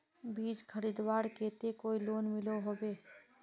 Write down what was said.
बीज खरीदवार केते कोई लोन मिलोहो होबे?